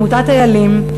עמותת "איילים",